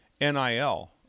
NIL